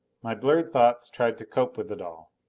my blurred thoughts tried to cope with it all.